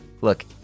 Look